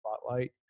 spotlight